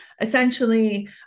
essentially